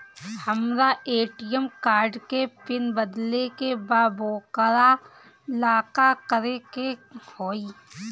हमरा ATM card के PIN बदले के बा वोकरा ला का करे के होई?